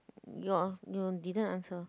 ya you didn't answer